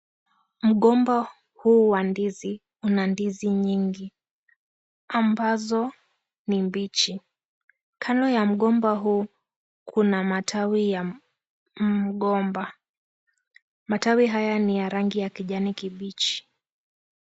Mgomba huwa ndizi una ndizi ambazo ni mbichi. Kando ya mgomba huu kuna matawi ya mgomba. Matawi haya ni ya rangi ya kijani kibichi.